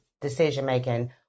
decision-making